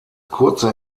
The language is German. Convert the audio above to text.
kurze